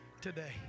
today